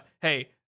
hey